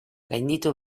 gainditu